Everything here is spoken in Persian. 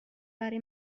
برای